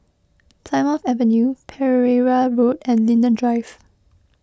Plymouth Avenue Pereira Road and Linden Drive